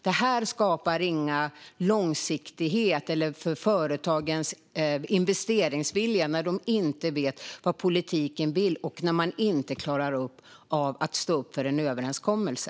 Det skapar ingen långsiktighet, och det gynnar inte företagens investeringsvilja när de inte vet vad politiken vill och när man inte klarar av att stå upp för en överenskommelse.